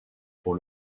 pour